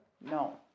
No